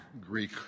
Greek